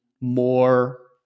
more